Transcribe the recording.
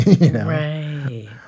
Right